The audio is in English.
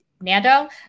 Nando